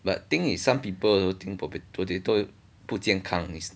but thing is some people also think potato 不健康